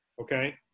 Okay